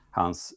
hans